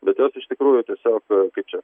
bet jos iš tikrųjų tiesiog kaip čia